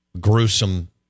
gruesome